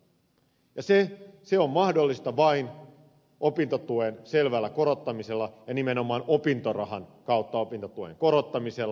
se on mahdollista vain opintotuen selvällä korottamisella ja nimenomaan opintorahan kautta opintotuen korottamisella